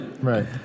right